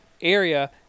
area